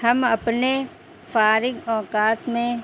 ہم اپنے فارغ اوقات میں